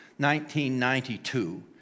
1992